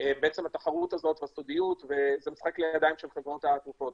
התחרות הזאת והסודיות משחקים לידיים של חברות התרופות.